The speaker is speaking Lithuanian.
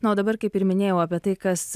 na o dabar kaip ir minėjau apie tai kas